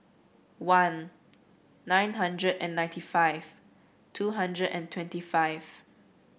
one nine hundred and ninety five two hundred and twenty five